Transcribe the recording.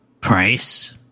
Price